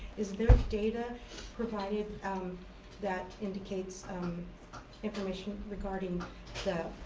is there data provided um that indicates information regarding the